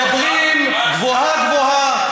מדברים גבוהה-גבוהה: